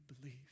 believe